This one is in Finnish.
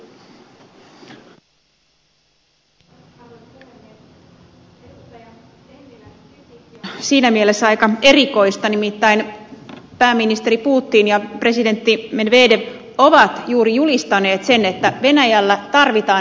tennilän kritiikki on siinä mielessä aika erikoista että nimittäin pääministeri putin ja presidentti medvedev ovat juuri julistaneet sen että venäjällä tarvitaan nyt modernisaatiota